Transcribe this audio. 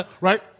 Right